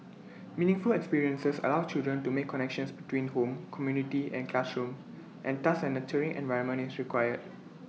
meaningful experiences allow children to make connections between home community and classroom and thus A nurturing environment is required